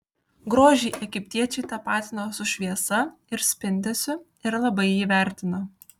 grožį egiptiečiai tapatino su šviesa ir spindesiu ir labai jį vertino